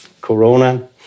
Corona